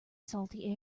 salty